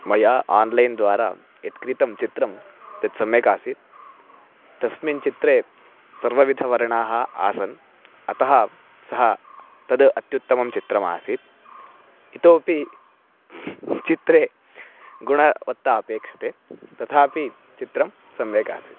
मया आन्लैन् द्वारा यत् क्रीतं चित्रं तत् सम्यक् आसीत् तस्मिन् चित्रे सर्वविधवर्णाः आसन् अतः सः तद् अत्युत्तमं चित्रम् आसीत् इतोऽपि चित्रे गुणवत्ता अपेक्ष्यते तथापि चित्रं सम्यक् आसीत्